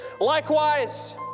Likewise